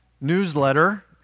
newsletter